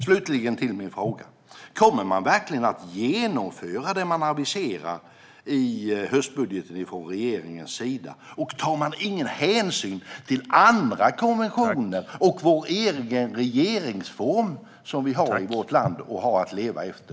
Slutligen kommer jag till min fråga: Kommer man verkligen att genomföra det man aviserar i höstbudgeten från regeringens sida, och tar man ingen hänsyn till andra konventioner och vår egen regeringsform som vi har i vårt land och har att leva efter?